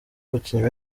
abakinnyi